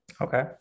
Okay